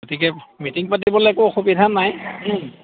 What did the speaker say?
গতিকে মিটিং পাতিবলে একো অসুবিধা নাই